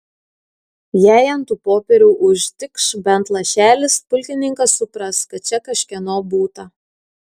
jei ant tų popierių užtikš bent lašelis pulkininkas supras kad čia kažkieno būta